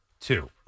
two